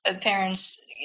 parents